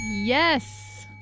yes